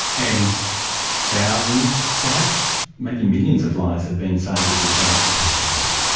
and thousands perhaps, maybe millions of lives have been saved as a result. precisely.